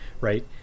right